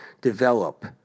develop